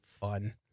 fun